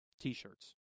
T-shirts